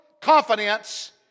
confidence